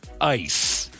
Ice